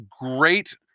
great